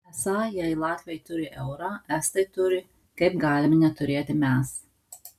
esą jei latviai turi eurą estai turi kaip galime neturėti mes